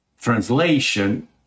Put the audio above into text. translation